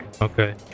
Okay